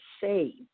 saved